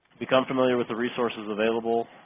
become familiar with the resources available.